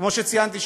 כמו שציינתי,